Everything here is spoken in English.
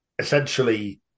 Essentially